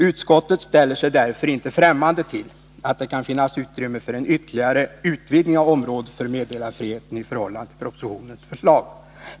Utskottet ställer sig därför inte främmande till att det kan finnas utrymme för en ytterligare utvidgning av området för meddelarfriheten i förhållande till propositionens förslag.